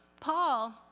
Paul